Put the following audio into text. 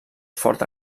fort